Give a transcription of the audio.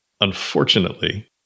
Unfortunately